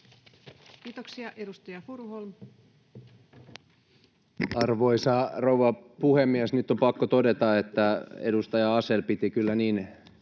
Time: 17:58 Content: Arvoisa rouva puhemies! Nyt on pakko todeta, että edustaja Asell piti kyllä niin